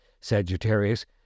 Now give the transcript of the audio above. Sagittarius